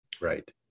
Right